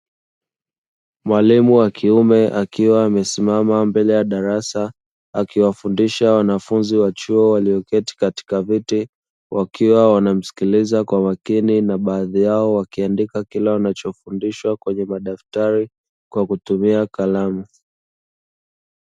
Mwalimu wa kiume akiwa amesimama mbele ya darasa, akiwafundisha wanafunzi wa chuo walioketi katika viti wakiwa wanamsikiliza kwa makini na baadhi yao wakiandika kila unachofundishwa kwenye madaftari kwa kutumia kalamu.